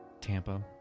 Tampa